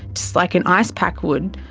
just like an ice pack would.